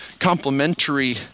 complementary